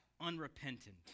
unrepentant